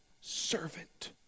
servant